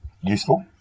useful